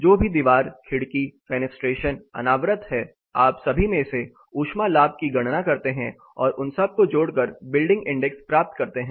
जो भी दीवार खिड़की फेनेस्ट्रेशन अनावृत है आप सभी में से ऊष्मा लाभ की गणना करते हैं और उन सब को जोड़कर बिल्डिंग इंडेक्स प्राप्त करते हैं